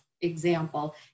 example